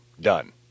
done